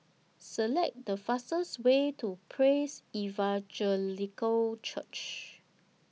Select The fastest Way to Praise Evangelical Church